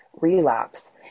relapse